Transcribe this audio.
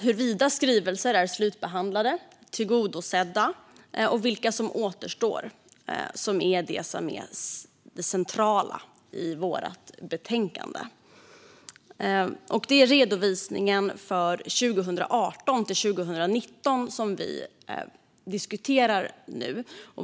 Huruvida skrivelser är slutbehandlade och tillgodosedda och vilka som återstår är det centrala i betänkandet. Det är redovisningen för 2018-2019 som vi nu diskuterar.